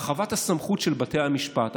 הרחבת הסמכות של בתי המשפט.